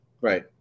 right